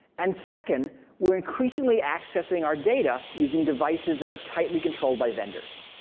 and second, we are increasingly accessing our data using devices that are tightly controlled by vendors.